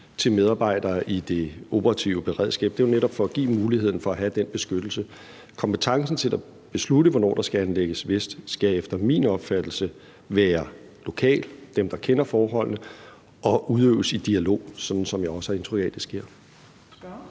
til medarbejdere i det operative beredskab. Det er jo netop for at give muligheden for at have den beskyttelse. Kompetencen til at beslutte, hvornår der skal anlægges veste, skal efter min opfattelse være lokal, altså hos dem, der kender forholdene, og udøves i dialog, sådan som jeg også har indtryk af det sker.